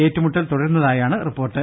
ഏറ്റുമുട്ടൽ തുടരുന്നതായാണ് റിപ്പോർട്ട്